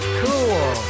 cool